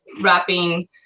wrapping